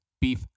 Beef